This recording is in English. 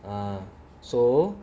uh so